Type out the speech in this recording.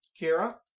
Kira